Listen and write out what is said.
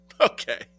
Okay